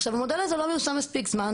עכשיו, המודל הזה לא מיושם מספיק זמן.